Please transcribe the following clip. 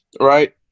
right